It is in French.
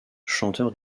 chanteur